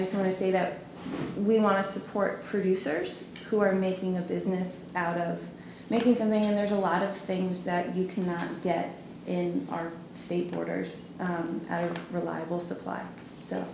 just want to say that we want to support producers who are making a business out of making something and there's a lot of things that you cannot get in our state borders on reliable supply so